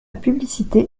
publicité